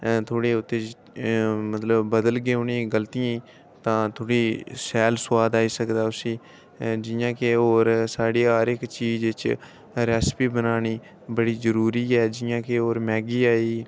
थोह्ड़े उ'दे च मतलब बदलगे उ'नें ई गल्तियें ई तां थोह्ड़ा शैल सुआद आई सकदा उसी जि'यां कि होर साढ़ी हर इक चीजै च रैसिपी बनानी बड़ी जरूरी ऐ जि'यां कि होर मैह्गी आई